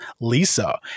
Lisa